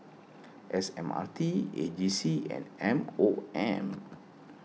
S M R T A G C and M O M